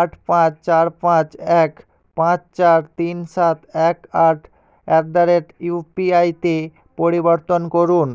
আট পাঁচ চার পাঁচ এক পাঁচ চার তিন সাত এক আট অ্যাট দা রেট ইউপিআইতে পরিবর্তন করুন